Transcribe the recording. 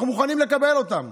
אנחנו מוכנים לקבל אותן.